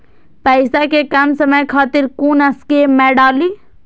पैसा कै कम समय खातिर कुन स्कीम मैं डाली?